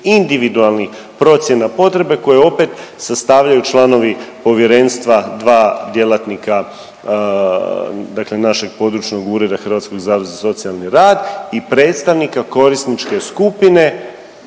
individualnih procjena potrebe koje opet sastavljaju članovi povjerenstva, dva djelatnika dakle našeg područnog ureda Hrvatskog zavoda za socijalni rad i predstavnika korisničke skupine